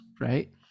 right